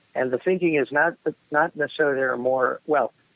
and the thinking is not but not necessarily there are more, well,